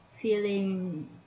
feeling